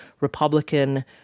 Republican